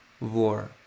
war